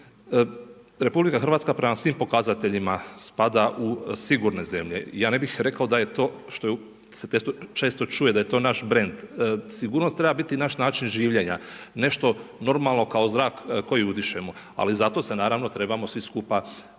tu sigurnost. RH prema svim pokazateljima spada u sigurne zemlje. Ja ne bih rekao, da je to što se to često čuje, da je to naš brend, sigurnost treba biti naš način življenja, nešto normalno kao zrak koji udišemo, ali zato se naravno, trebamo svi skupa i boriti